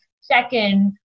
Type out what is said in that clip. Second